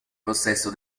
possesso